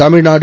Tamil Nadu